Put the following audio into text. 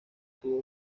tuvo